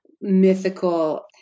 mythical